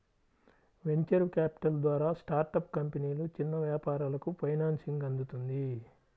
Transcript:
venture capital ద్వారా startup కంపెనీలు, చిన్న వ్యాపారాలకు ఫైనాన్సింగ్ అందుతుంది